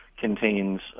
contains